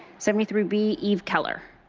seventy three b, eve keller?